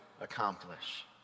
accomplish